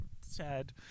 sad